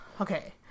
Okay